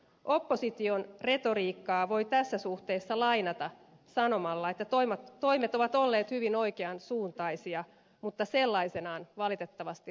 opposition retoriikkaa voi tässä suhteessa lainata sanomalla että toimet ovat olleet hyvin oikean suuntaisia mutta sellaisinaan valitettavasti riittämättömiä